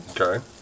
Okay